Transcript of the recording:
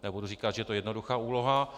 Nebudu říkat, že to je jednoduchá úloha.